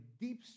deep